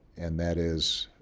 and that is